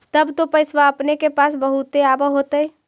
तब तो पैसबा अपने के पास बहुते आब होतय?